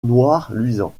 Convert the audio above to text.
luisant